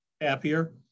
Happier